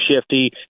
shifty